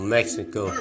Mexico